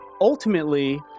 ultimately